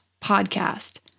podcast